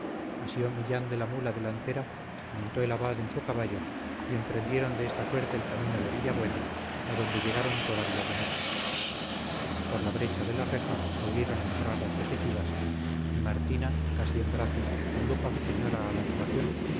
lego asió millán de la mula delantera montó el abad en su caballo y emprendieron de esta suerte el camino de villabuena a donde llegaron todavía de noche por la brecha de la reja volvieron a entrar las fugitivas y martina casi en brazos condujo a su señora a la habitación